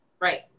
Right